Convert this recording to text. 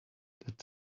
that